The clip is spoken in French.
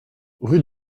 rue